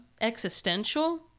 existential